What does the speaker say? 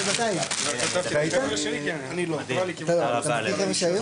ננעלה בשעה